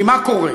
כי מה קורה?